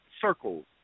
circles